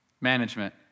management